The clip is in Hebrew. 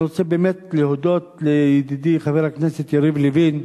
להודות לידידי חבר הכנסת יריב לוין,